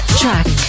track